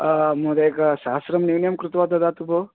महोदय सहस्रं न्यूनं कृत्वा ददातु भोः